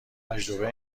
تجربه